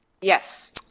Yes